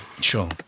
sure